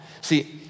See